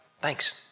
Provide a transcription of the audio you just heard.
Thanks